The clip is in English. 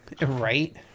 Right